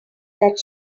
that